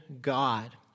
God